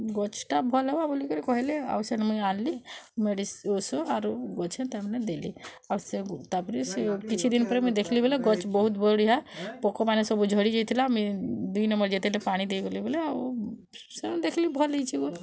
ଗଛଟା ଭଲ୍ ହବ ବୋଲି କହିଲେ ଆଉ ସେନ ମୁଇଁ ଆଣିଲି ଔଷ ଆରୁ ଗଛେ ତା'ମାନେ ଦେଲି ଆଉ ତା'ପରେ ସେ କିଛିଦିନ୍ ପରେ ଦେଖିଲି ବୋଲେ ଗଛ୍ ବହୁତ୍ ବଢ଼ିଆ ପୋକମାନେ ସବୁ ଝଡ଼ି ଯାଇଥିଲା ମେ ଦୁଇ ନମ୍ୱର ଯେତେବେଳେ ପାଣି ଦେଇଗଲେ ଆଉ ସେମାନେ ଦେଖିଲେ ଭଲ୍ ହେଇଛେଁ ବୋଲି